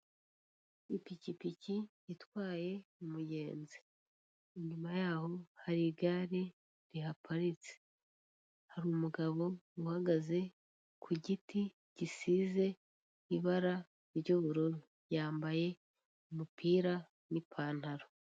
Ipikipiki itwaye umugenzi inyuma yaho hari igare rihaparitse hari umugabo uhagaze ku giti gisize ibara ry'ubururu yambaye umupira n'ipantalo.